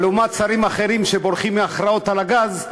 אבל לעומת שרים שבורחים מהכרעות על הגז,